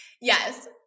Yes